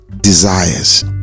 desires